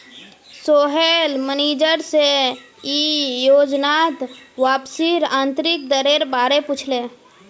Sohail manager से ई योजनात वापसीर आंतरिक दरेर बारे पुछले